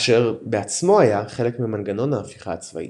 אשר בעצמו היה חלק ממנגנון ההפיכה הצבאית.